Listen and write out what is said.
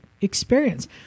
experience